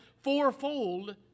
fourfold